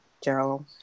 Gerald